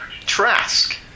Trask